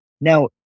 Now